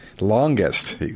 longest